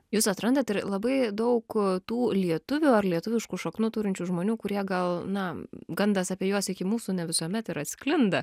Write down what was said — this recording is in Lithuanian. jūs atrandat ir labai daug tų lietuvių ar lietuviškų šaknų turinčių žmonių kurie gal na gandas apie juos iki mūsų ne visuomet ir atsklinda